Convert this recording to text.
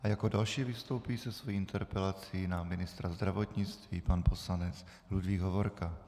Jako další vystoupí se svou interpelací na ministra zdravotnictví pan poslanec Ludvík Hovorka.